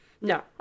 no